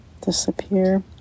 disappear